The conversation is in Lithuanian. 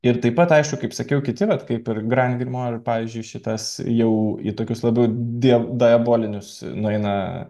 ir taip pat aišku kaip sakiau kiti vat kaip ir grandi mor pavyzdžiui šitas jau į tokius labiau dėl daebolinius nueina